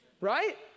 right